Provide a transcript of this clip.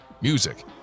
music